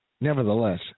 nevertheless